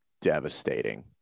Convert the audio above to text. devastating